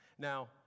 Now